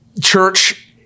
church